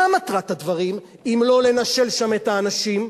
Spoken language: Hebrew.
מה מטרת הדברים אם לא לנשל שם את האנשים?